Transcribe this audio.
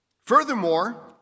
Furthermore